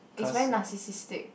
is very narcissistic